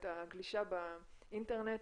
את הגלישה באינטרנט,